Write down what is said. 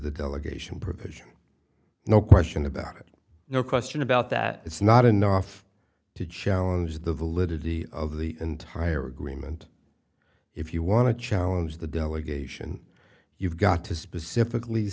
the delegation provision no question about it no question about that it's not enough to challenge the validity of the entire agreement if you want to challenge the delegation you've got to specifically